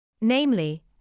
Namely